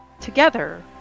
Together